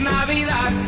Navidad